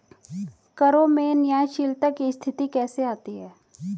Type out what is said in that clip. करों में न्यायशीलता की स्थिति कैसे आती है?